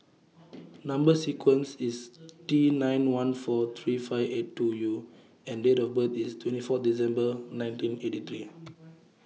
Number sequence IS T nine one four three five eight two U and Date of birth IS twenty four December nineteen eighty three